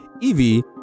Evie